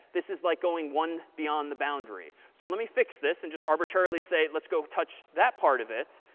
this is like going one beyond the boundary. so let me fix this and just arbitrarily say, let's go touch that part of it.